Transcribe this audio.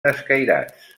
escairats